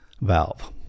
valve